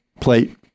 plate